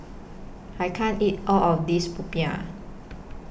I can't eat All of This Popiah